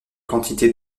quantité